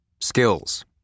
Skills